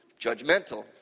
judgmental